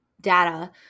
data